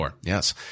Yes